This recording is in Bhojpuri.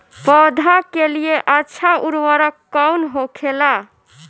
पौधा के लिए अच्छा उर्वरक कउन होखेला?